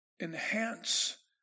enhance